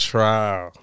Trial